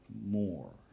more